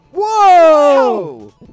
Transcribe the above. Whoa